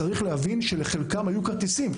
צריך להבין שלחלקם היו כרטיסים,